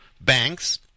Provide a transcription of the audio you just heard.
banks